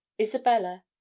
isabella